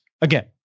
again